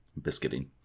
Biscuiting